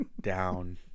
Down